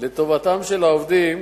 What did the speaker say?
לטובתם של העובדים,